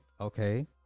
Okay